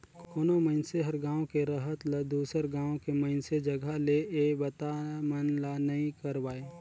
कोनो मइनसे हर गांव के रहत ल दुसर गांव के मइनसे जघा ले ये बता मन ला नइ करवाय